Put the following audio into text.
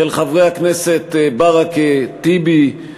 של חברי הכנסת ברכה, טיבי.